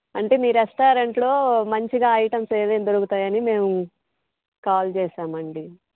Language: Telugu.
అంటే మీ రెస్టారెంట్లో మంచిగా ఐటమ్స్ ఏవేమి దొరుకుతాయని మేము కాల్ చేశామండి